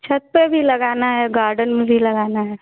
छत पर भी लगाना है गार्डन में भी लगाना है